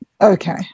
Okay